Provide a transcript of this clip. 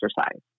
exercise